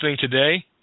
today